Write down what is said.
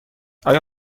آیا